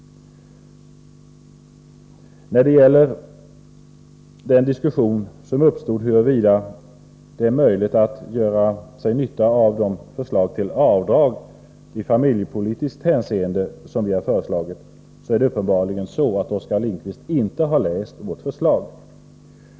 När det gäller diskussionen om möjligheterna att dra nytta av de avdrag i familjepolitiskt hänseende som vi föreslagit är det uppenbarligen så att Oskar Lindkvist inte läst vårt förslag.